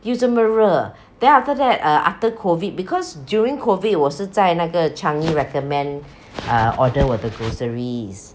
又这么热 then after that uh after COVID because during COVID 我是在那个 changi recommend err order 我的 groceries